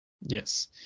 Yes